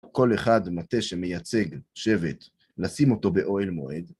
כל אחד מטה שמייצג שבט, לשים אותו באוהל מועד.